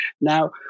Now